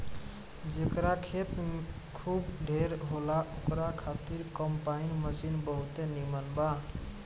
जेकरा खेत खूब ढेर होला ओकरा खातिर कम्पाईन मशीन बहुते नीमन बा